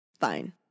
fine